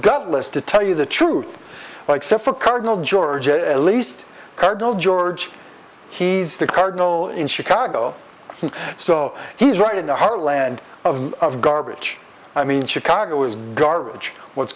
gutless to tell you the truth well except for cardinal george at least cardinal george he's the cardinal in chicago and so he's right in the heartland of garbage i mean chicago is garbage what's